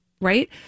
Right